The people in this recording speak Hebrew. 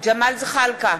ג'מאל זחאלקה,